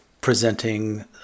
presenting